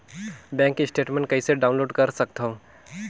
Bank statement कइसे download कर सकथव?